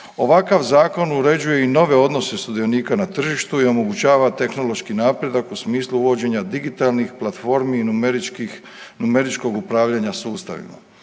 Ovakav zakon uređuje i nove odnose sudionika na tržištu i omogućava tehnološki napredak u smislu uvođenja digitalnih platformi i numeričkog upravljanja sustavima.